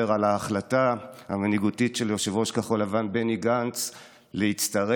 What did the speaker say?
על ההחלטה המנהיגותית של יושב-ראש כחול לבן בני גנץ להצטרף,